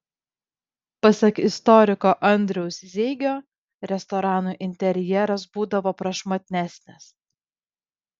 pasak istoriko andriaus zeigio restoranų interjeras būdavo prašmatnesnis